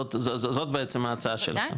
זאת בעצם ההצעה שלך?